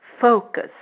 focus